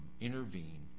intervene